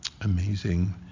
Amazing